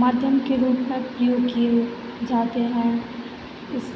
माध्यम के रूप में प्रयोग किए जाते हैं इस